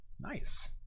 Nice